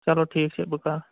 چلو ٹھیٖک چھُ بہٕ کرٕ